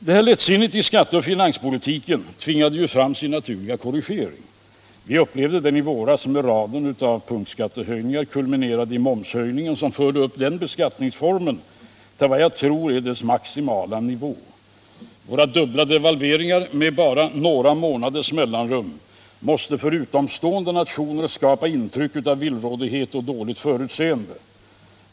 Det här lättsinnet i skatteoch finanspolitiken tvingade fram sin naturliga korrigering. Vi upplevde den i våras med raden av punktskattehöjningar, kulminerande i momshöjningen, som förde upp den beskattningsformen till vad jag tror är dess maximala nivå. Våra dubbla devalveringar med bara några månaders mellanrum måste för utomstående nationer skapa intryck av villrådighet och dåligt förutseende.